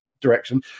direction